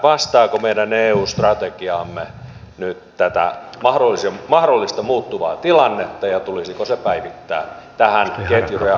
vastaako meidän eu strategiamme nyt tätä mahdollista muuttuvaa tilannetta ja tulisiko se päivittää tähän ketjureaktioonkin nähden